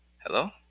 Hello